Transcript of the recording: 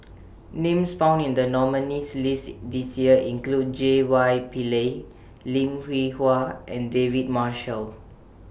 Names found in The nominees' list This Year include J Y Pillay Lim Hwee Hua and David Marshall